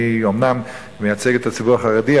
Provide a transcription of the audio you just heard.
אני אומנם מייצג את הציבור החרדי,